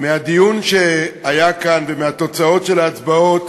מהדיון שהיה כאן ומתוצאות ההצבעות